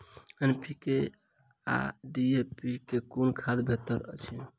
NPK आ DAP मे कुन खाद बेहतर अछि?